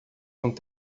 nenhum